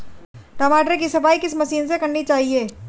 टमाटर की सफाई किस मशीन से करनी चाहिए?